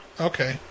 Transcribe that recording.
Okay